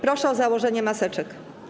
Proszę o założenie maseczek.